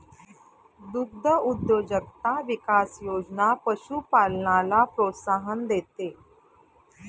दुग्धउद्योजकता विकास योजना पशुपालनाला प्रोत्साहन देते